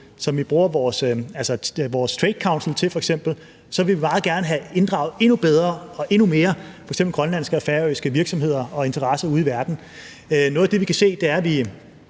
f.eks. bruger vores Trade Council til, at vi så endnu mere og endnu bedre får inddraget f.eks. grønlandske og færøske virksomheder og interesser ude i verden. Noget af det, vi kan se, er, at vi